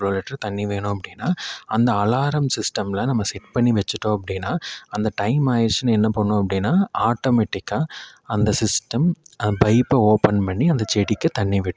இவ்ளோ லிட்டர் தண்ணி வேணும் அப்படின்னா அந்த அலாரம் சிஸ்டமில் நம்ம செட் பண்ணி வச்சிட்டோம் அப்படின்னா அந்த டைம் ஆகிருச்சினா என்ன பண்ணும் அப்படின்னா ஆட்டோமேட்டிக்காக அந்த சிஸ்டம் அந்த பைப்பை ஓப்பன் பண்ணி அந்த செடிக்கு தண்ணி விட்டுரும்